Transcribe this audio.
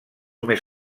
més